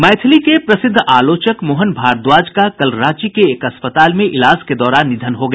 मैथिली के प्रसिद्ध आलोचक मोहन भारद्वाज का कल रांची के एक अस्पताल में इलाज के दौरान निधन हो गया